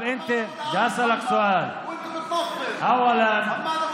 ) (תגידו את האמת.) (למה אתה,